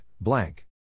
blank